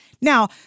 Now